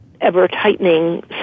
ever-tightening